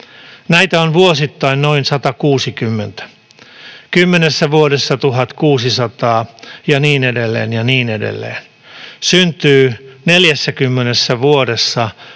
Näitä on vuosittain noin 160, kymmenessä vuodessa 1 600 ja niin edelleen ja niin edelleen. 40 vuodessa